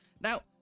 Now